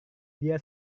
dia